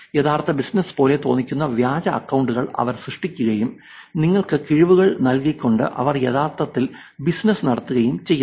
യഥാർത്ഥ ബിസിനസ്സ് പോലെ തോന്നിക്കുന്ന വ്യാജ അക്കൌണ്ടുകൾ അവർ സൃഷ്ടിക്കുകയും നിങ്ങൾക്ക് കിഴിവുകൾ നൽകിക്കൊണ്ട് അവർ യഥാർത്ഥത്തിൽ ബിസിനസ്സ് നടത്തുകയും ചെയ്യുന്നു